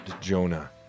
Jonah